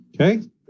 okay